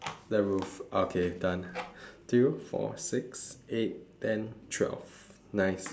the roof okay done two four six eight ten twelve nice